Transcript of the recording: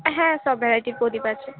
হ্যাঁ সব ভ্যারাইটির প্রদীপ আছে